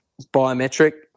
biometric